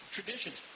Traditions